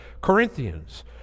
Corinthians